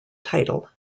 title